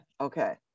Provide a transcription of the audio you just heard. Okay